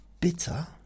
Bitter